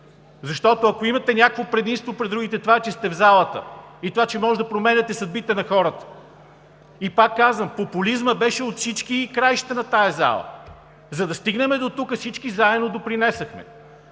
Защото, ако имате някакво предимство пред другите, е това, че сте в залата и че може да променяте съдбите на хората. Пак казвам, популизмът беше от всички краища на залата. За да стигнем дотук, всички заедно допринесохме.